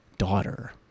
daughter